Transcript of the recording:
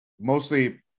mostly